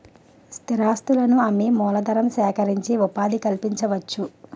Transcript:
స్థిరాస్తులను అమ్మి మూలధనం సేకరించి ఉపాధి కల్పించవచ్చు